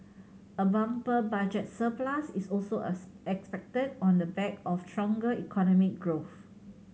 a bumper budget surplus is also expected on the back of stronger economic growth